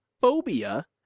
Phobia